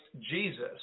Jesus